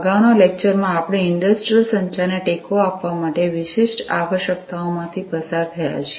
અગાઉના લેકચરમાં આપણે ઇંડસ્ટ્રિયલ સંચારને ટેકો આપવા માટે વિશિષ્ટ આવશ્યકતાઓમાંથી પસાર થયા છીએ